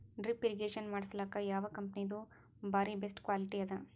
Drip irrigation ಮಾಡಸಲಕ್ಕ ಯಾವ ಕಂಪನಿದು ಬಾರಿ ಬೆಸ್ಟ್ ಕ್ವಾಲಿಟಿ ಅದ?